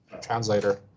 translator